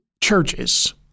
churches